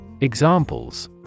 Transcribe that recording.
Examples